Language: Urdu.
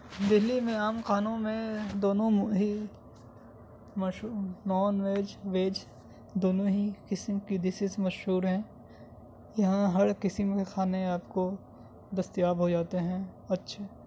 دلی میں عام کھانوں میں دونوں ہی نان ویج ویج دونوں ہی قسم کی ڈشز مشہور ہیں یہاں ہر قسم کے کھانے آپ کو دستیاب ہو جاتے ہیں اچھے